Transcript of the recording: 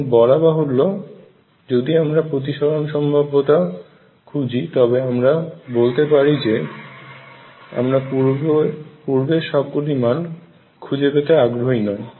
এবং বলা বাহুল্য যদি আমরা প্রতিসারণ সম্ভাব্যতা খুঁজি তবে আমরা বলতে পারি যে আমরা পূর্বের সবগুলি মান খুঁজে পেতে আগ্রহী নয়